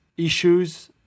Issues